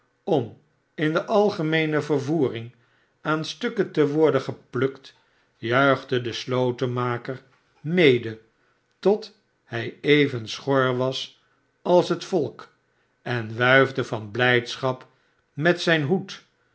om in de algemeene vervoering aan stukken te worden geplukt juichte de slotenmaker mede tot hij even schor was als het volk en wuifde van blijdschap met zijn hoed